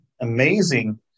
amazing